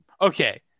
Okay